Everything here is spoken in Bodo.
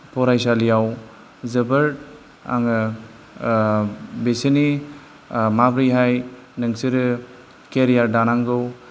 फरायसालियाव जोबोर आङो बिसोरनि माबोरैहाय नोंंसोर केरियार दानांगौ